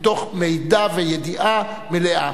מתוך מידע וידיעה מלאה.